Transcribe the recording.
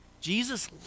Jesus